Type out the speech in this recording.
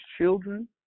children